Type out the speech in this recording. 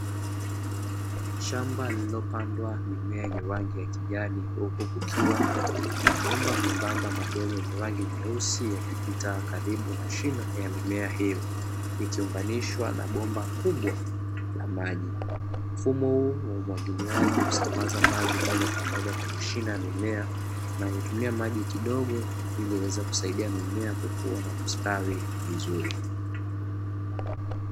Shamba lililopandwa mimea yenye rangi ya kijani, huku kukiwa na mabomba membamba madogo yenye rangi nyeusi, yakipita karibu na shina la mimea hiyo, ikiunganishwa na bomba kubwa la maji. Mfumo huu wa umwagiliaji ukisambaza maji moja kwa moja kwenye shina ya mimea, na hutumia maji kidogo, ili kuweza kusaidia mimea kukua na kustawi vizuri.